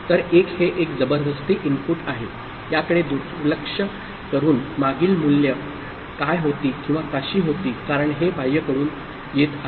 तर 1 हे एक जबरदस्ती इनपुट आहे याकडे दुर्लक्ष करून मागील मूल्ये काय होती किंवा कशी होती कारण हे बाह्यकडून येत आहे